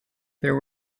there